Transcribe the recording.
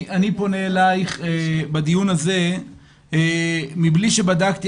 אני פונה אליך בדיון הזה מבלי שבדקתי,